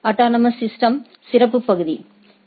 autonomous சிஸ்டம்களின் சிறப்பு பகுதி எ